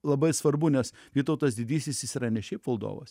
labai svarbu nes vytautas didysis jis yra ne šiaip valdovas